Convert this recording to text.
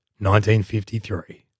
1953